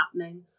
happening